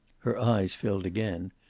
her eyes filled again,